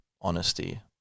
honesty